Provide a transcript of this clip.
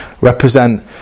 represent